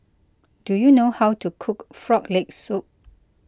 do you know how to cook Frog Leg Soup